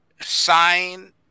sign